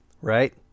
Right